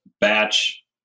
batch